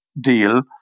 deal